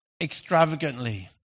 extravagantly